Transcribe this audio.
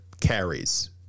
carries